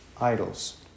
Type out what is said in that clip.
idols